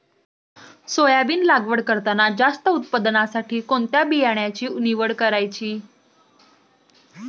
Soybean लागवड करताना जास्त उत्पादनासाठी कोणत्या बियाण्याची निवड करायची?